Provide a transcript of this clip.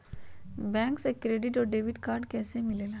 Bank से credit और debit card कैसी मिलेला?